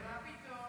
מה פתאום.